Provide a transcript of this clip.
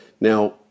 now